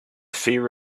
fear